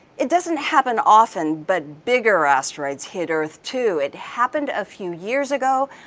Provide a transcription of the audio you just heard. it doesn't happen often but bigger asteroids hit earth too, it happened a few years ago.